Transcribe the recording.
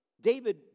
David